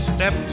Step